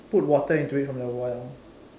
put water into it from the well